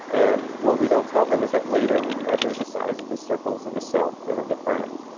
and what we don't tell them is that later we measure the size of the circles of the self and of the friend.